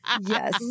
yes